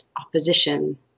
opposition